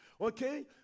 Okay